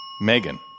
Megan